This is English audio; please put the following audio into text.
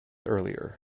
earlier